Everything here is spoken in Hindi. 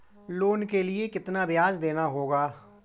लोन के लिए कितना ब्याज देना होगा?